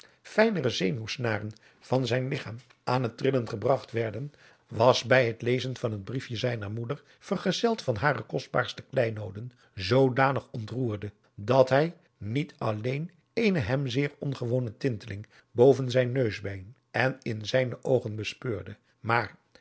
de sijnere zenuwsnaren van zijn ligchaam aan het trillen gebragt werden was bij het lezen van het briefje zijner moeder vergezeld van hare kostbaarste kleinooden zoodanig ontroerde dat hij niet alleen eene hem zeer ongewone tinteling boven zijn neusbeen en in zijne oogen bespeurde maar